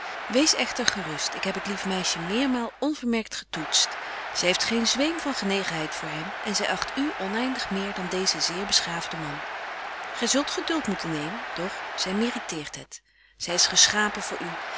wees echter gerust ik heb het lief meisje meermaal onvermerkt getoetst zy heeft geen zweem van genegenheid voor hem en zy acht u oneindig meer dan deezen zeer beschaafden man gy zult geduld moeten nemen doch zy meriteert het zy is geschapen voor u